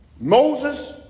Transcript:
Moses